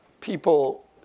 people